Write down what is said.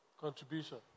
Contribution